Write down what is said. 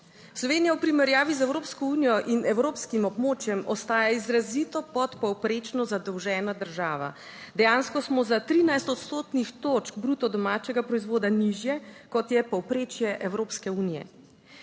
Slovenija v primerjavi z Evropsko unijo in evropskim območjem ostaja izrazito podpovprečno zadolžena država. Dejansko smo za 13 odstotnih točk bruto domačega proizvoda nižje, kot je povprečje Evropske unije.